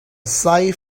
sight